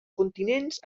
continents